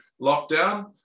lockdown